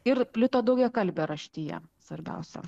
ir plito daugiakalbė raštija svarbiausia